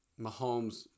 Mahomes